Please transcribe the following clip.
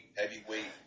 heavyweight